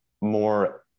more